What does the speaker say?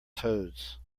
toads